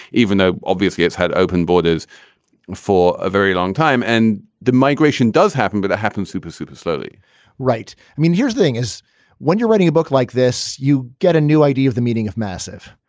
even though obviously it's had open borders for a very long time and the migration does happen. but that happens super, super slowly right. i mean, here's the thing is when you're writing a book like this, you get a new idea of the meaning of massive.